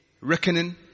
Reckoning